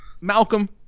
Malcolm